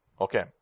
Okay